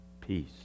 peace